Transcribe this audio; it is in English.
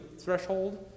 threshold